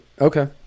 Okay